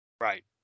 Right